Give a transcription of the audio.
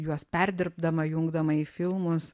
juos perdirbdama jungdama į filmus